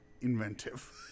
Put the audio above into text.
inventive